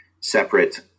separate